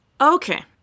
Okay